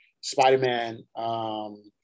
Spider-Man